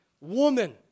woman